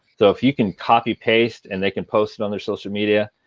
so if you can copy, paste, and they can post it on their social media,